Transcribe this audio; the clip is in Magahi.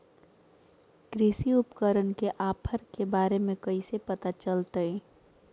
कृषि उपकरण के ऑफर के बारे में कैसे पता चलतय?